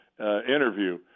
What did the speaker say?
interview